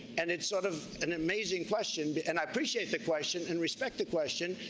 and it's sort of an amazing question, but and i appreciate the question and respect the question,